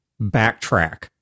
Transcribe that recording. backtrack